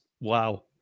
wow